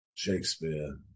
Shakespeare